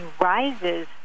rises